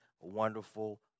wonderful